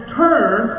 turn